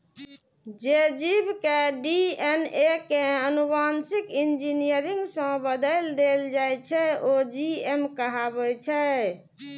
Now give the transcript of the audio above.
जे जीव के डी.एन.ए कें आनुवांशिक इंजीनियरिंग सं बदलि देल जाइ छै, ओ जी.एम कहाबै छै